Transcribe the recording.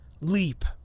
Leap